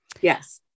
Yes